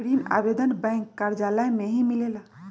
ऋण आवेदन बैंक कार्यालय मे ही मिलेला?